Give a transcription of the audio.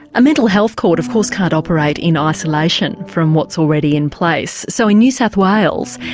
a mental health court of course can't operate in ah isolation from what's already in place, so in new south wales,